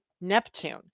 Neptune